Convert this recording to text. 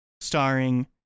starring